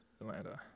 Atlanta